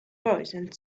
voicesand